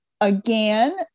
Again